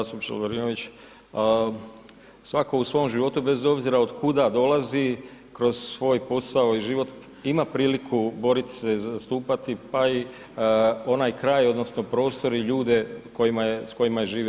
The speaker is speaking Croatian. Zastupniče Lovrinović, svatko u svom životu bez obzira otkuda dolazi kroz svoj posao i život ima priliku boriti se, zastupati pa i onaj kraj odnosno prostor i ljude s kojima je živio.